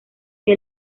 que